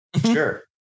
Sure